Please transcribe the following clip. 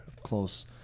close